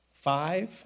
Five